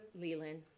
Leland